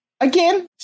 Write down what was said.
again